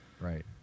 Right